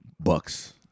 Bucks